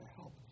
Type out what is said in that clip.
help